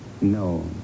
No